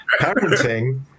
parenting